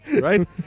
Right